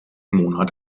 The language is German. monat